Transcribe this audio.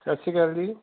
ਸਤਿ ਸ਼੍ਰੀ ਅਕਾਲ ਜੀ